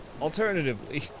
Alternatively